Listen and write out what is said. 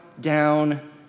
down